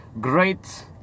Great